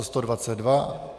122.